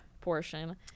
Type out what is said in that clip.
portion